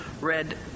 red